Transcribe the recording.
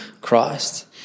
Christ